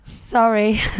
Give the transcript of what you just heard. sorry